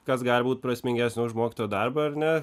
kas gali būt prasmingesnio už mokytojo darbą ar ne